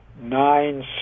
nine